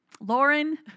Lauren